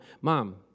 Mom